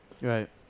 Right